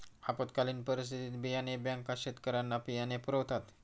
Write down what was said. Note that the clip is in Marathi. आपत्कालीन परिस्थितीत बियाणे बँका शेतकऱ्यांना बियाणे पुरवतात